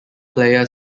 player